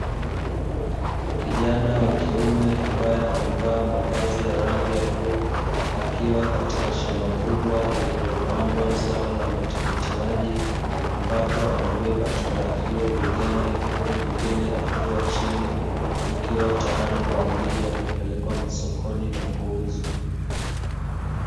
Kijana wa kiume ambaye amevaa mavazi ya rangi ya bluu akiwa katika shamba kubwa lililopandwa zao la matikiti maji, ambapo amebeba tunda hilo begani huku mengine ikiwa chini, tayari kwa ajili ya kupelekwa masokoni na kuuzwa.